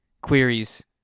queries